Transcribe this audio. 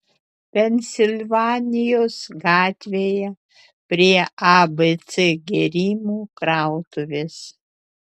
pensilvanijos gatvėje prie abc gėrimų krautuvės